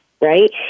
right